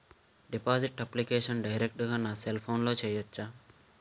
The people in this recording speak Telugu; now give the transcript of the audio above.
డిపాజిట్ అప్లికేషన్ డైరెక్ట్ గా నా సెల్ ఫోన్లో చెయ్యచా?